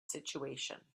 situation